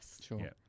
Sure